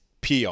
PR